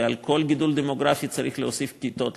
ועל כל גידול דמוגרפי צריך להוסיף כיתות,